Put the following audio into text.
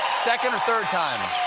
second or third time.